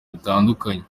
bitandukanye